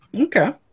Okay